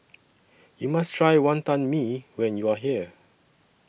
YOU must Try Wonton Mee when YOU Are here